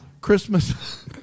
Christmas-